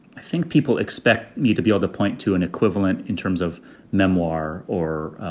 i think people expect me to be able to point to an equivalent in terms of memoir or.